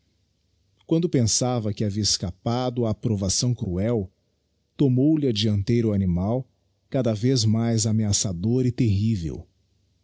quando pensava que havia escapado á provação cruel tomou-lhe a deanteira o animal cada vez mais ameaçador e terrível